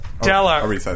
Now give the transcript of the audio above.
Della